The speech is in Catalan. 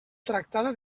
tractada